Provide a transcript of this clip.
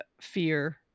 fear